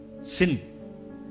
Sin